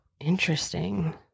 Interesting